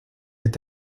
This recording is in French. est